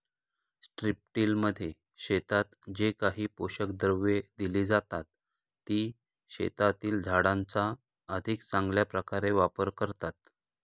स्ट्रिपटिलमध्ये शेतात जे काही पोषक द्रव्ये दिली जातात, ती शेतातील झाडांचा अधिक चांगल्या प्रकारे वापर करतात